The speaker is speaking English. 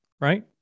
right